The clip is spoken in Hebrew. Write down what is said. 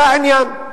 זה העניין.